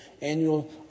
annual